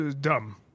dumb